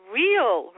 real